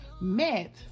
met